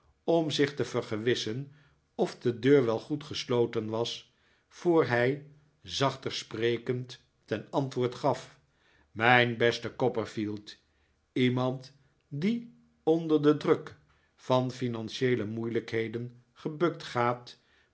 om zich te vergewissen of de deur wel goed gesloten was voor hij zachter sprekend ten antwoord gaf mijn beste copperfield iemand die onder den druk van financieele moeilijkheden gebukt gaat